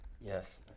yes